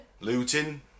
looting